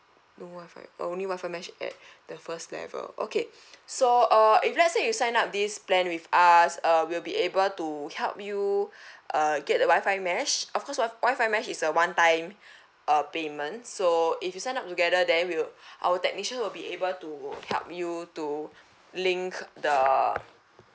no wifi oh only wifi mesh at the first level okay so uh if let's say you sign up this plan with us uh we'll be able to help you err get the wifi mesh of course wif~ wifi mesh is a one time uh payment so if you sign up together then we will our technician will be able to help you to link the